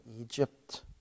Egypt